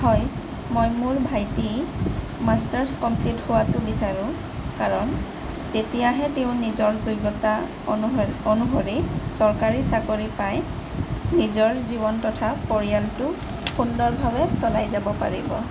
হয় মই মোৰ ভাইটি মাষ্টাৰচ কমপ্লিত হোৱাতো বিচাৰোঁ কাৰণ তেতিয়াহে তেওঁ নিজৰ যোগ্যতা অনুসৰি চৰকাৰী চাকৰি পায় নিজৰ জীৱন তথা পৰিয়ালটো সুন্দৰভাৱে চলাই যাব পাৰিব